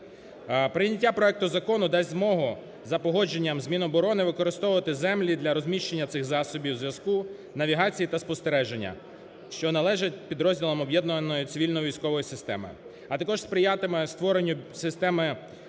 Прийняття проекту Закону дасть змогу за погодження з Міноборони, використовувати землі для розміщення цих засобів зв'язку, навігації та спостереження, що належать підрозділам об'єднаної цивільної військової системи, а також сприятиме створенню системи